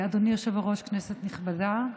אדוני היושב-ראש, כנסת נכבדה,